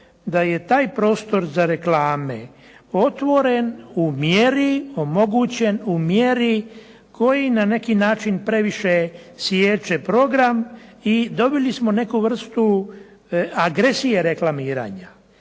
da je taj prostor za reklame omogućen u mjeri koji na neki način previše sječe program i dobili smo neku vrstu agresije reklamiranja.